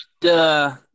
Duh